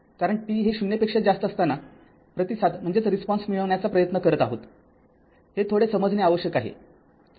कारण t हे ० पेक्षा जास्त असताना प्रतिसाद मिळविण्याचा प्रयत्न करत आहोतथोडे समजने आवश्यक आहे